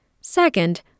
Second